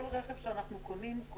כל רכב שאנחנו קונים,